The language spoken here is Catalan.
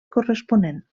corresponent